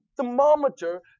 thermometer